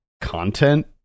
content